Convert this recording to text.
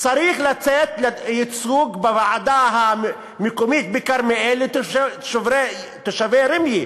צריך לתת ייצוג בוועדה המקומית בכרמיאל לתושבי ראמיה,